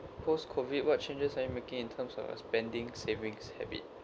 post-COVID what changes are you making in terms of spending savings habit